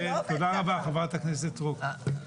תודה רבה, חברת הכנסת סטרוק.